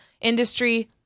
industry